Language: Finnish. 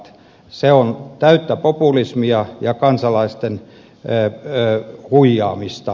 se on täyttä populismia ja kansalaisten huijaamista